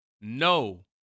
no